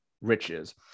riches